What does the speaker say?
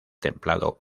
templado